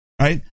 right